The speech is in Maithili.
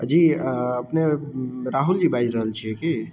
जी अपने राहुलजी बाजि रहल छिए कि